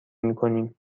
میکنیم